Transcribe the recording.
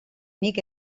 nik